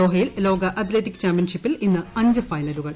ദോഹയിൽ ലോക അത്ലറ്റിക് ചാമ്പൃൻഷിപ്പിൽ ഇന്ന് അഞ്ച് ഫൈനലുകൾ